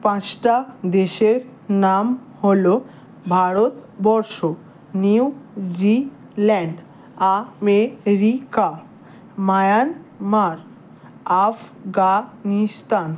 পাঁচটা দেশের নাম হলো Bharatvarsha New Zealand America Myanmar Afghanistan